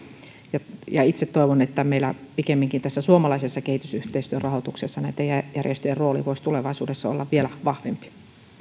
ja ja itse toivon että meillä pikemminkin tässä suomalaisessa kehitysyhteistyön rahoituksessa näitten järjestöjen rooli voisi tulevaisuudessa olla vielä vahvempi